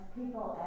people